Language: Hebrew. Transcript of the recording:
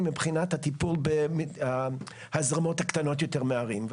מבחינת הטיפול בהזרמות הקטנות יותר מהערים.